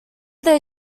their